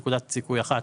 נקודת זיכוי אחת,